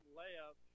layup